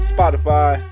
Spotify